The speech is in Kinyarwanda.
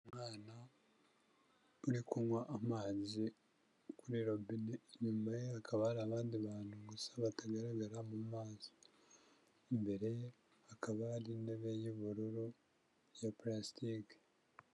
Umwana uri kunywa amazi kuri robine, inyuma ye hakaba hari abandi bantu gusa batagaragara mu maso, imbere ye hakaba hari intebe y'ubururu ya parasitike.